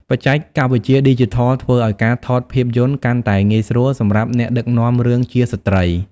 បច្ចេកវិទ្យាឌីជីថលធ្វើឱ្យការថតភាពយន្តកាន់តែងាយស្រួលសម្រាប់អ្នកដឹកនាំរឿងជាស្ត្រី។